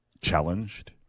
challenged